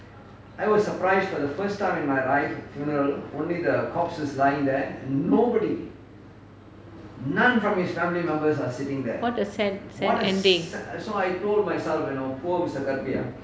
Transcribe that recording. what a sad sad ending